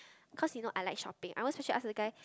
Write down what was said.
cause you know I like shopping I won't specially ask the guy